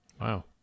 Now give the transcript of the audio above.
Wow